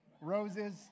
roses